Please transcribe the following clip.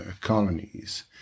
colonies